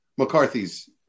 McCarthy's